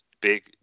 big